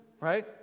right